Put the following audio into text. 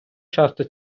часто